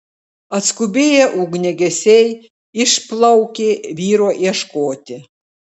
atskubėję ugniagesiai išplaukė vyro ieškoti